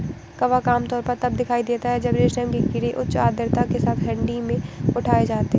कवक आमतौर पर तब दिखाई देता है जब रेशम के कीड़े उच्च आर्द्रता के साथ ठंडी में उठाए जाते हैं